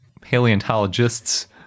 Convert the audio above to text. Paleontologists